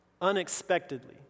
unexpectedly